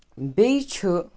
بیٚیہِ چھِ